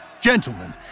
Gentlemen